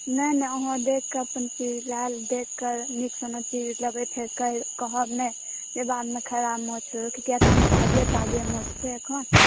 नहि नहि अहाँ देख कऽ अपन चीज अहाँ देख कऽ कोनो चीज लेबै फेर कहब नहि बादमे खराब माछ छै किए तऽ हम ताजे ताजे माछ छै एखन